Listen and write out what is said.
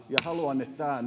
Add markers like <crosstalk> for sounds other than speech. ja haluan että tämä <unintelligible>